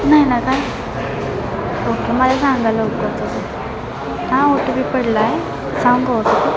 नाही ना काय ओके मला सांगाल लवकरच हा ओ टी पी पडला आहे सांगू ओ टी पी